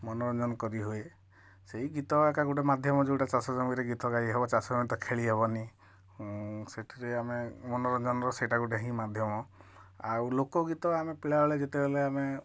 ମନୋରଞ୍ଜନ କରିହୁଏ ସେଇ ଗୀତ ଏକା ଗୋଟେ ମାଧ୍ୟମ ଯେଉଁଟା ଚାଷ ଜମିରେ ଗୀତ ଗାଇ ହବ ଚାଷ ଜମି ତ ଖେଳି ହବନି ସେଥିରେ ଆମେ ମନୋରଞ୍ଜନର ସେଇଟା ଗୋଟେ ହିଁ ମାଧ୍ୟମ ଆଉ ଲୋକଗୀତ ଆମେ ପିଲାବେଳେ ଯେତେବେଳେ ଆମେ